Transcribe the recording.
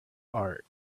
art